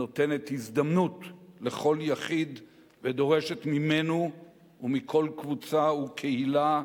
הנותנת הזדמנות לכל יחיד ודורשת ממנו ומכל קבוצה וקהילה